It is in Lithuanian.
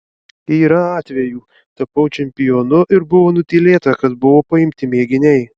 yra atvejų tapau čempionu ir buvo nutylėta kad buvo paimti mėginiai